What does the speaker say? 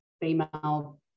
female